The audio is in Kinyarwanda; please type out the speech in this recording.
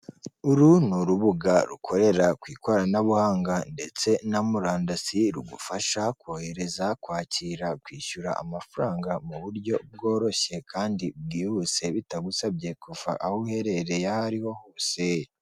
Uru ni urubuga rukorera ku ikoranabuhanga ndetse na murandasi rugufasha kohereza, kwakira, kwishyura amafaranga mu buryo bworoshye kandi bwihuse bitagusabye kuva aho uherereye aho ariho hose.